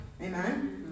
Amen